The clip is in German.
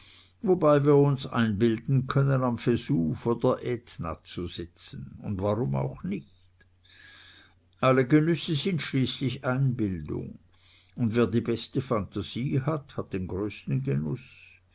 wobei wir uns einbilden können am vesuv oder ätna zu sitzen und warum auch nicht alle genüsse sind schließlich einbildung und wer die beste phantasie hat hat den größten genuß